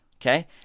Okay